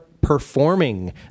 performing